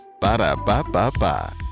Ba-da-ba-ba-ba